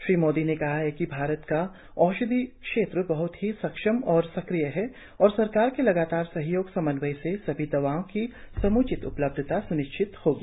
श्री मोदी ने कहा कि भारत का औषधि क्षेत्र बहत ही सक्षम और सक्रिय है और सरकार के लगातार सहयोग समन्वय से सभी दवाओं की सम्चित उपलब्धता स्निश्चित होगी